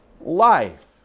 life